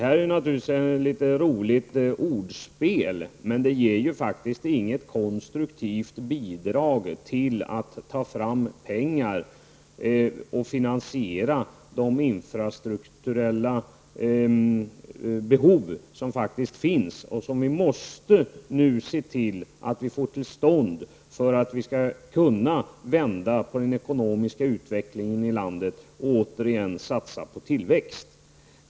Detta är naturligtvis ett litet roligt ordspel, men det är ju faktiskt inte något som konstruktivt bidrar till att ta fram pengar och finansiera de infrastrukturella behov som faktiskt finns och som vi nu måste se till att åtgärda för att kunna använda på den ekonomiska utvecklingen i landet och återigen satsa på tillväxt.